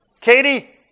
Katie